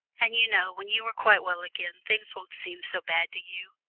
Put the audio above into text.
and, you know, when you are quite well again things won't seem so bad to you.